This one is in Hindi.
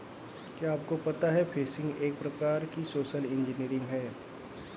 क्या आपको पता है फ़िशिंग एक प्रकार की सोशल इंजीनियरिंग है?